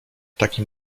takim